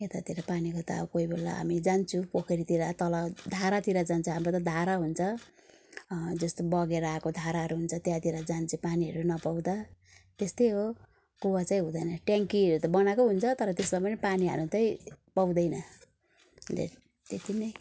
यतातिर पानीको त अब कोही बेला हामी जान्छु पोखरीतिर तल धारातिर जान्छ हाम्रो त धारा हुन्छ जस्तो बगेर आएको धाराहरू हुन्छ त्यहाँतिर जान्छ पानीहरू नपाउँदा त्यस्तै हो कुवा चाहिँ हुँदैन ट्याङ्कीहरू त बनाएको हुन्छ तर त्यसमा पनि पानी हाल्नु चाहिँ पाउँदैन अन्त यति नै